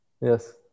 Yes